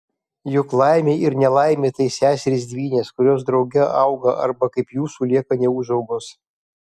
juk laimė ir nelaimė tai seserys dvynės kurios drauge auga arba kaip jūsų lieka neūžaugos